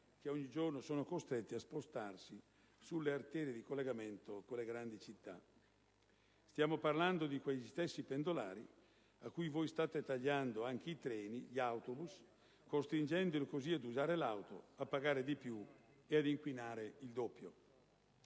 che ogni giorno sono costretti a spostarsi sulle arterie di collegamento con le grandi città. Stiamo parlando di quegli stessi pendolari a cui voi state tagliando anche i treni e gli autobus, costringendoli così ad usare l'auto, a pagare di più e ad inquinare il doppio.